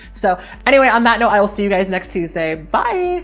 so anyway, i'm not, no, i will see you guys next tuesday. bye.